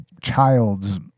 child's